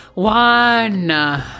One